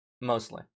Mostly